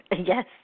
Yes